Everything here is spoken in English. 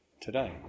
today